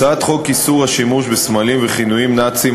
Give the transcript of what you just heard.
הצעת חוק איסור השימוש בסמלים וכינויים נאציים,